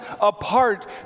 apart